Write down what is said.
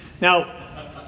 Now